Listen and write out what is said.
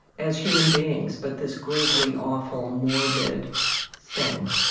as human beings, but this grisly, awful, morbid thing?